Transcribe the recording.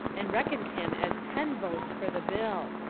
and reckoned him as ten votes for the bill.